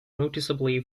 noticeably